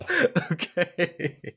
Okay